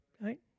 right